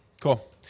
Cool